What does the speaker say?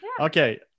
Okay